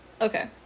Okay